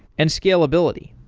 and scalability.